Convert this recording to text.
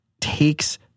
takes